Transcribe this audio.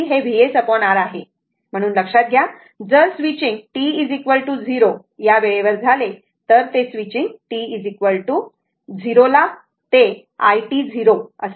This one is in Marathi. म्हणून लक्षात घ्या जर स्विचिंग t t 0 वेळेवर झाले जर ते स्विचिंग t t 0 ला होत असेल तर ते i t 0 असेल